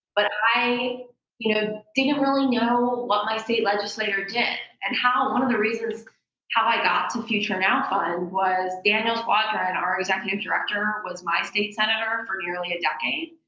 but i you know didn't really know what my state legislator did. and one of the reasons how i got to future now fund was daniel squadron, our executive director, was my state senator for nearly a decade.